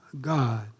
God